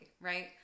right